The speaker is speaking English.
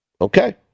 Okay